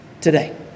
today